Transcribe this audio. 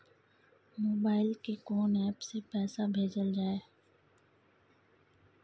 Mobile के कोन app से पैसा भेजल जाए?